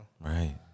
Right